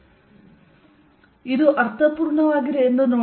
F114π0Qqx2a2432 ಇದು ಅರ್ಥಪೂರ್ಣವಾಗಿದೆ ಎಂದು ನೋಡೋಣ